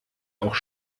auch